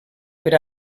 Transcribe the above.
per